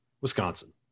Wisconsin